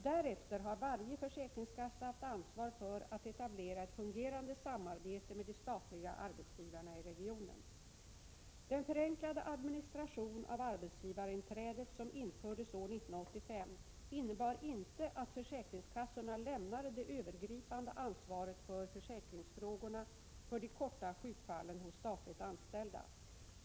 Därefter har varje försäkringskassa haft ansvar för att etablera ett fungerade samarbete med de statliga arbetsgivarna i regionen. Den förenklade administration av arbetsgivarinträdet som infördes år 1985 innebar inte att försäkringskassorna lämnade det övergripande ansvaret för försäkringsfrågorna för de korta sjukfallen hos statligt anställda.